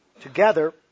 together